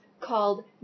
Called